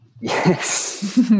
Yes